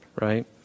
right